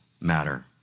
matter